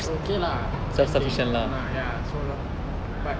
so okay lah then they ya so but